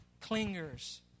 Clingers